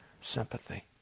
sympathy